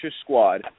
squad